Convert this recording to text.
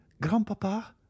grandpapa